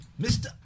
Mr